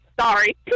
Sorry